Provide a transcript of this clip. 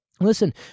Listen